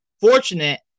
fortunate